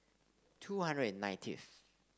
two hundred and ninetieth